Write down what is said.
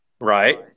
Right